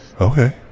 Okay